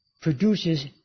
produces